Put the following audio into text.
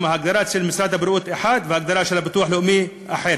כי ההגדרה במשרד הבריאות היא אחת וההגדרה של הביטוח הלאומי היא אחרת.